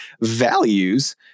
values